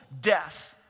death